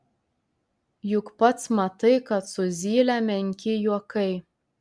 juk pats matai kad su zyle menki juokai